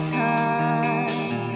time